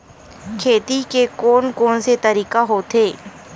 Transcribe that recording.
खेती के कोन कोन से तरीका होथे?